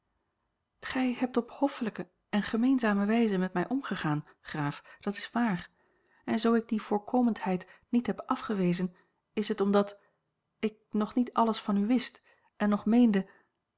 gij hebt op hoffelijke en gemeenzame wijze met mij omgegaan graaf dat is waar en zoo ik die voorkomendheid niet heb afgewezen is het omdat ik nog niet alles van u wist en nog meende